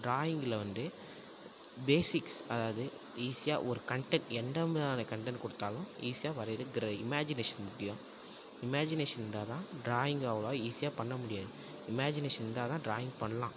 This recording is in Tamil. ட்ராயிங்கில் வந்து பேசிக்ஸ் அதாவது ஈஸியாக ஒரு கண்டெண்ட் எந்த மாதிரி கண்டெண்ட் கொடுத்தாலும் ஈஸியாக வரையணுங்கிற இமேஜினேஷன் முக்கியம் இமேஜினேஷன் இருந்தால் தான் ட்ராயிங் அவ்வளோவா ஈஸியாக பண்ண முடியாது இமேஜினேஷன் இருந்தால் தான் ட்ராயிங் பண்ணலாம்